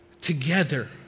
together